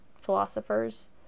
philosophers